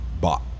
bought